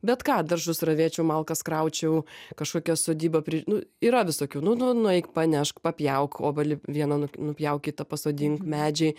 bet ką daržus ravėčiau malkas kraučiau kažkokią sodybą pri nu yra visokių nu nueik panešk papjauk obelį vieną nupjauk kitą pasodink medžiai